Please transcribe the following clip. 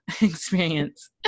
experience